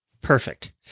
Perfect